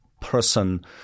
person